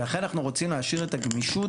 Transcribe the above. ולכן אנחנו רוצים להשאיר את הגמישות,